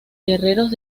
guerreros